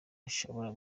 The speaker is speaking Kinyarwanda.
ishobora